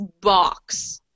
box